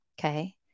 Okay